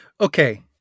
Okay